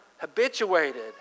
habituated